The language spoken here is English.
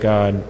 God